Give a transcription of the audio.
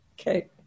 Okay